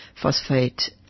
phosphate